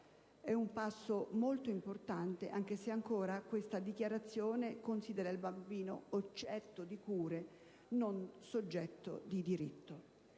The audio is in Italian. di un passo molto importante anche se, ancora, questa Dichiarazione considera il bambino come oggetto di cure e non come soggetto di diritto.